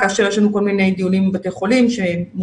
כאשר יש לנו כל מיני דיונים עם בתי חולים שמעוניינים